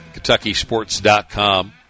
kentuckysports.com